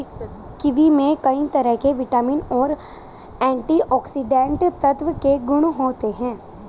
kiwi में कई तरह के विटामिन और एंटीऑक्सीडेंट तत्व के गुण होते है